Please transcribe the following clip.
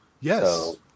Yes